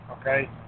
okay